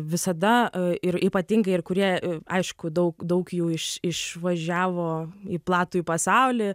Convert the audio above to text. visada ir ypatingai ir kurie aišku daug daug jų iš išvažiavo į platųjį pasaulį